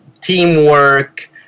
teamwork